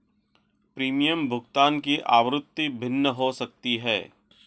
premium भुगतान की आवृत्ति भिन्न हो सकती है